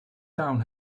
town